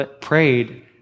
prayed